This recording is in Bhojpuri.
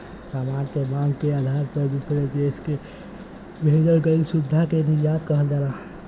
सामान के मांग के आधार पर दूसरे देश में भेजल गइल सुविधा के निर्यात कहल जाला